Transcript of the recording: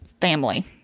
family